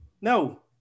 No